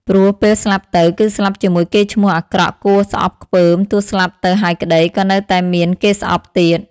ព្រោះពេលស្លាប់ទៅ គឺស្លាប់ជាមួយកេរ្តិ៍ឈ្មោះអាក្រក់គួរស្អប់ខ្ពើម ទោះស្លាប់ទៅហើយក្តី ក៏នៅតែមានគេស្អប់ទៀត ។